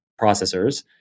processors